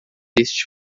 este